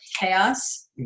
chaos